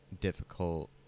difficult